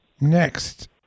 Next